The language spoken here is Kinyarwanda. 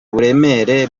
uburemere